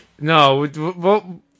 No